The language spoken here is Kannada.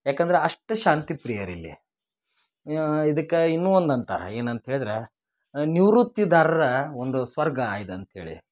ಯಾಕಂದ್ರೆ ಅಷ್ಟು ಶಾಂತಿಪ್ರಿಯರು ಇಲ್ಲಿ ಇದಕ್ಕೆ ಇನ್ನೂ ಒಂದು ಅಂತಾರ ಏನಂತ ಹೇಳಿದರೆ ನಿವೃತ್ತಿದಾರರ ಒಂದು ಸ್ವರ್ಗ ಇದಂತ್ಹೇಳಿ